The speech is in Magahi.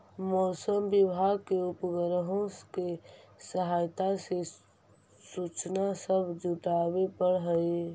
मौसम विभाग के उपग्रहों के सहायता से सूचना सब जुटाबे पड़ हई